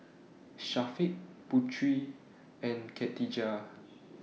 Syafiq Putri and Katijah